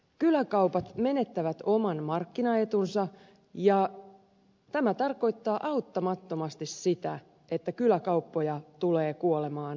kyläkaupat menettävät oman markkinaetunsa ja tämä tarkoittaa auttamattomasti sitä että kyläkauppoja tulee kuolemaan runsain määrin